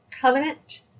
covenant